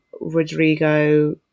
Rodrigo